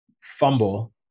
fumble